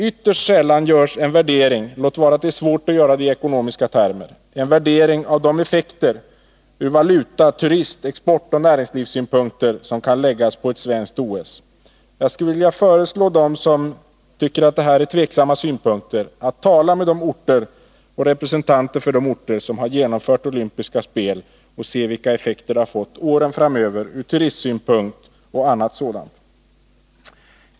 Ytterst sällan görs en värdering — låt vara att det är svårt att göra en sådan i ekonomiska termer — av de effekter ur valuta-, turist-, exportoch näringslivssynpunkter som ett svenskt OS kan medföra. Jag skulle vilja föreslå dem som tycker att detta är diskutabla synpunkter att tala med representanter för de orter som har genomfört olympiska spel och höra vilka effekter spelen har fått under de följande åren ur turistsynpunkt osv.